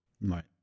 Right